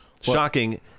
shocking